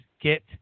get